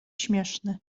śmieszny